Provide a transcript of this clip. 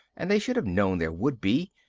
and they should have known there would be,